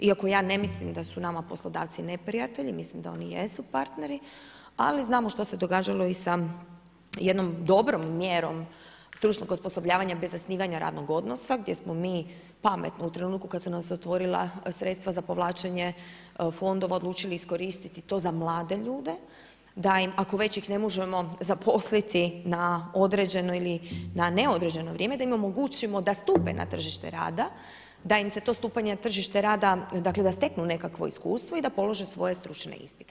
Iako ja ne mislim da su nama poslodavci neprijatelji, mislim da oni jesu partneri, ali znamo što se događalo i sa jednom dobrom mjerom stručnog osposobljavanja bez zasnivanja radnog odnosa, gdje smo mi, pametno, u trenutku kada su nam se otvorila sredstva za povlačenja fondova, odlučili iskoristiti to za mlade ljude, da im, ako ih već ne možemo zaposliti, na određeno ili na neodređeno vrijeme, da im omogućimo da stupe na tržište rada, da im se to stupanje na tržište rada, da steknu nekakvo iskustvo i da polože svoje stručne ispite.